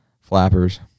flappers